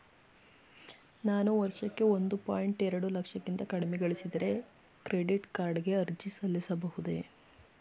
ನಾನು ವರ್ಷಕ್ಕೆ ಒಂದು ಪಾಯಿಂಟ್ ಎರಡು ಲಕ್ಷಕ್ಕಿಂತ ಕಡಿಮೆ ಗಳಿಸಿದರೆ ಕ್ರೆಡಿಟ್ ಕಾರ್ಡ್ ಗೆ ಅರ್ಜಿ ಸಲ್ಲಿಸಬಹುದೇ?